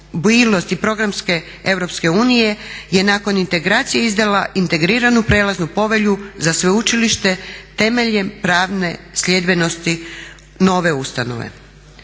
mobilnost i programe EU je nakon integracije izdala integriranu prelaznu povelju za sveučilište temeljem pravne sljedbenosti nove ustanove.